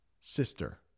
sister